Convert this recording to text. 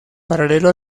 paralelo